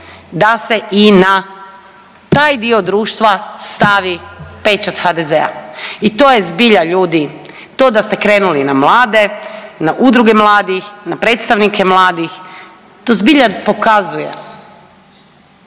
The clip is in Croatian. da se i na taj dio društva stavi pečat HDZ-a i to je zbilja, ljudi, to da ste krenuli na mlade, na udruge mladih, na predstavnike mladih, to zbilja pokazuje